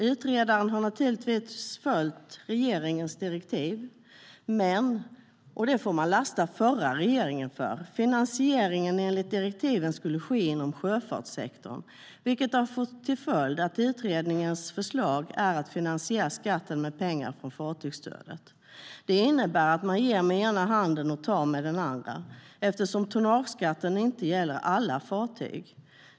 Utredaren har naturligtvis följt regeringens direktiv, men - och det får man lasta den förra regeringen för - finansieringen skulle enligt direktiven ske inom sjöfartssektorn. Det har fått till följd att utredningens förslag är att skatten ska finansieras med pengar från fartygsstödet. Det innebär att man ger med den ena handen och tar med den andra, eftersom tonnageskatten inte gäller alla fartyg.